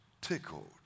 tickled